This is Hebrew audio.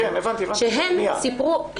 שהן סיפרו,